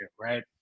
Right